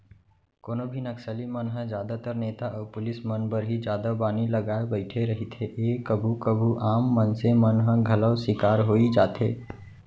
कोनो भी नक्सली मन ह जादातर नेता अउ पुलिस मन बर ही जादा बानी लगाय बइठे रहिथे ए कभू कभू आम मनसे मन ह घलौ सिकार होई जाथे